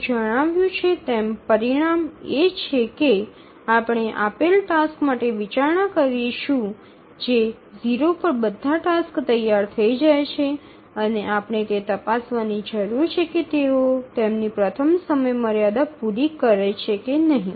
જેવું જણાવ્યું છે તેમ પરિણામ એ છે કે આપણે આપેલ ટાસક્સ માટે વિચારણા કરીશું જે 0 પર બધા ટાસક્સ તૈયાર થઈ જાય છે અને આપણે તે તપાસવાની જરૂર છે કે તેઓ તેમની પ્રથમ સમયમર્યાદા પૂરી કરે છે કે નહીં